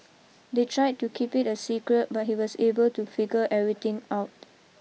they tried to keep it a secret but he was able to figure everything out